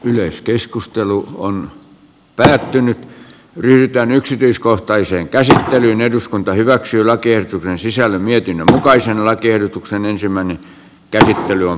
myös keskustelu on päättynyt yhtään yksityiskohtaiseen käsin tehdyn eduskunta hyväksy lakien sisällön jokin valkoisen lakiehdotuksen maaseudulla ja maakunnissa